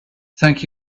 thank